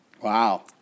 wow